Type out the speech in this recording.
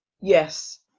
Yes